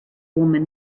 woman